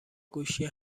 گوشی